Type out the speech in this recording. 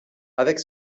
avec